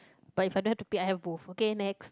but if I don't have to pick I have both okay next